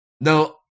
No